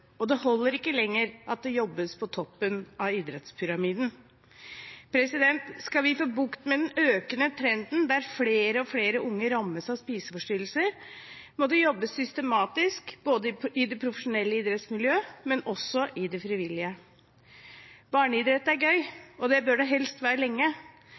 alvor. Det holder ikke lenger at det jobbes på toppen av idrettspyramiden. Skal vi få bukt med den økende trenden der flere og flere unge rammes av spiseforstyrrelser, må det jobbes systematisk både i det profesjonelle idrettsmiljøet og i det frivillige. Barneidrett er gøy, og det bør det helst være lenge.